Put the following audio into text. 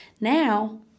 Now